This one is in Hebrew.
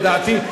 לדעתי,